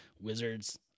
wizards